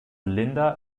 linda